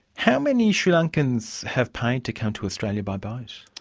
how many sri lankans have paid to come to australia by boat?